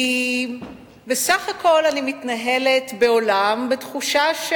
כי בסך הכול אני מתנהלת בעולם בתחושה,